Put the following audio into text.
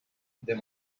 the